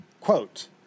Quote